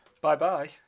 Bye-bye